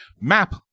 map